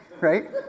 right